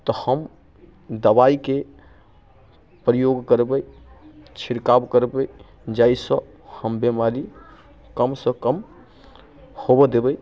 तऽ हम दबाइके प्रयोग करबै छिड़काव करबै जाहि सँ हम बीमारी कम सँ कम होबऽ देबै